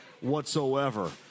whatsoever